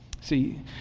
See